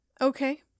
Okay